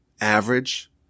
average